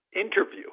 interview